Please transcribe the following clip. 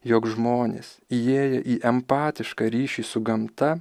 jog žmonės įėję į empatišką ryšį su gamta